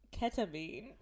ketamine